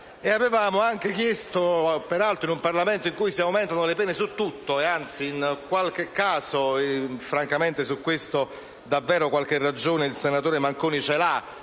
un'altra cosa, peraltro in un Parlamento in cui si aumentano le pene su tutto e anzi, in qualche caso, francamente - su questo ha davvero qualche ragione il senatore Manconi - in